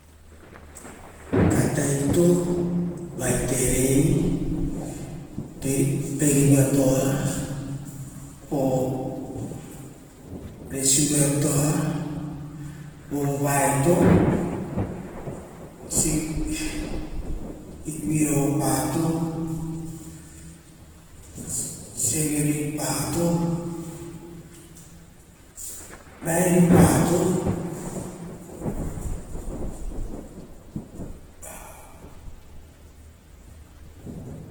Kataito, vaiterei, perivato, resiurato, vovavaeto, viopato, reraovatarapato, voresiura vatarapato